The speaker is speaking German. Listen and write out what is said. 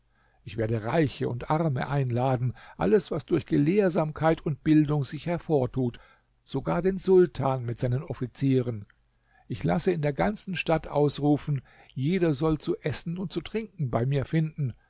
ich werde reiche und arme einladen alles was durch gelehrsamkeit und bildung sich hervortut sogar den sultan mit seinen offizieren ich lasse in der ganzen stadt ausrufen jeder soll zu essen und zu trinken bei mir finden